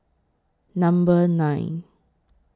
Number nine